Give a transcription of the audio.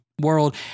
world